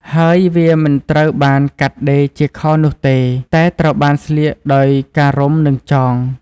ហើយ វាមិនត្រូវបានកាត់ដេរជាខោនោះទេ តែត្រូវបានស្លៀកដោយការរុំ និងចង។